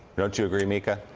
don't you agree, mika?